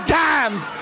times